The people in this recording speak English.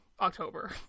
October